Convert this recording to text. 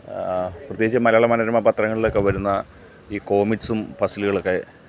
പ്രത്യേകിച്ച് മലയാള മനോരമ പത്രങ്ങളിലൊക്കെ വരുന്ന ഈ കോമിക്സും പസ്സിലുകളൊക്കെ